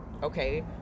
Okay